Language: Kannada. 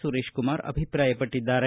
ಸುರೇಶ್ಕುಮಾರ್ ಅಭಿಪ್ರಾಯಪಟ್ಟಿದ್ದಾರೆ